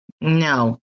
No